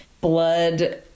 blood